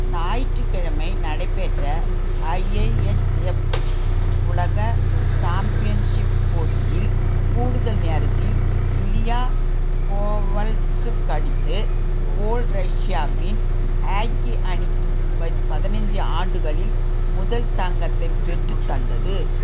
ஞாயிற்றுக்கிழமை நடைபெற்ற ஐஐஎச்எஃப் ஸ் உலக சாம்பியன்ஷிப் போட்டியில் கூடுதல் நேரத்தில் இலியா கோவல்சுக் அடித்த கோல் ரஷ்யாவின் ஹாக்கி அணிக்கு பத் பதினைஞ்சு ஆண்டுகளில் முதல் தங்கத்தைப் பெற்றுத் தந்தது